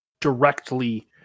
directly